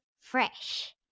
Fresh